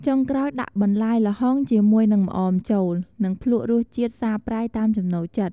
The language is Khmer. ចុងក្រោយដាក់បន្លែល្ហុងជាមួយនឹងម្អមចូល នឹងភ្លក្សរសជាតិសាបប្រៃតាមចំណូលចិត្ត។